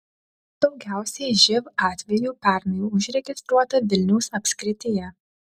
daugiausiai živ atvejų pernai užregistruota vilniaus apskrityje